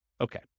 Okay